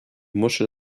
muschel